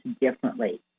differently